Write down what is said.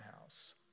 house